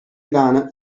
granite